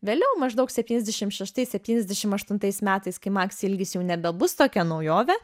vėliau maždaug septyniasdešimt šeštais septyniasdešimt aštuntais metais kai maksi ilgis jau nebebus tokia naujovė